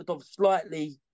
slightly